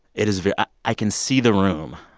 it is very i can see the room.